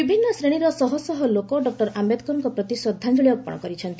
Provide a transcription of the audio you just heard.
ବିଭିନ୍ନ ଶ୍ରେଣୀର ଶହଶହ ଲୋକ ଡକ୍ଟର ଆମ୍ବେଦକରଙ୍କ ପ୍ରତି ଶ୍ରଦ୍ଧାଞ୍ଜଳି ଅର୍ପଣ କରିଛନ୍ତି